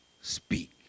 speak